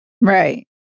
right